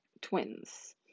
Twins